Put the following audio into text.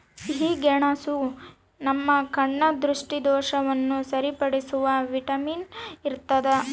ಸಿಹಿಗೆಣಸು ನಮ್ಮ ಕಣ್ಣ ದೃಷ್ಟಿದೋಷವನ್ನು ಸರಿಪಡಿಸುವ ವಿಟಮಿನ್ ಇರ್ತಾದ